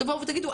תבואו ותגידו,